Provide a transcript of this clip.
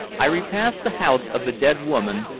i repassed the house of the dead woman,